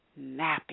nappy